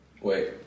Wait